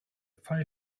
file